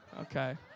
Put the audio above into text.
Okay